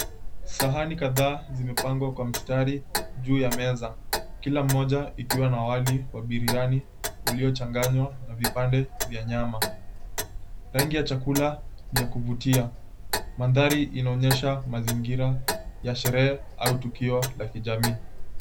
Sahani kadhaa zimepangwa kwa mstari juu ya meza, kila moja ikiwa na wali wa biriani uliochanganywa na vipande vya nyama. Rangi ya chakula ni ya kuvutia. Mandhari inaonyesha mazingira ya sherehe au tukio la kijamii.